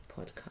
Podcast